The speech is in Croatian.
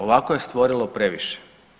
Ovako je stvorilo previše.